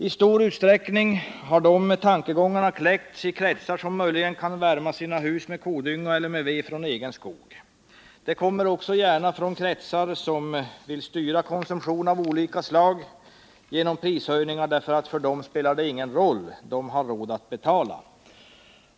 I stor utsträckning har de tankegångarna kläckts i de kretsar som möjligen kan värma sina hus med kodynga eller med ved från egen skog. De kommer också från kretsar som gärna vill styra konsumtion av olika slag genom prishöjningar, därför att det för dem inte spelar någon roll. De har råd att betala.